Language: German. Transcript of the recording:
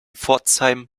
pforzheim